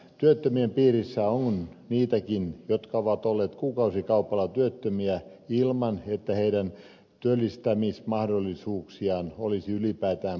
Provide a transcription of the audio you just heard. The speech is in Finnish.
työttömien piirissä on niitäkin jotka ovat olleet kuukausikaupalla työttömiä ilman että heidän työllistämismahdollisuuksiaan olisi ylipäätään pohdittu